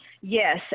Yes